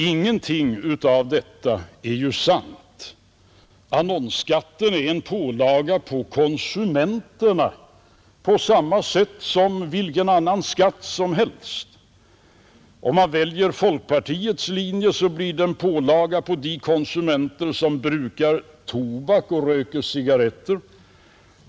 Ingenting av detta är sant. Annonsskatten är en pålaga på konsumenterna på samma sätt som vilken annan skatt som helst. O man väljer folkpartiets linje, blir det en pålaga på de konsumenter som röker cigarretter.